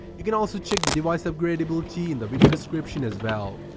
you can also check the device upgradability in the video description as well.